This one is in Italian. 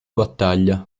battaglia